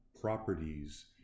properties